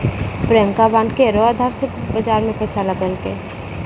Priyanka bond केरो अधार से बाजार मे पैसा लगैलकै